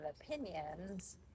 opinions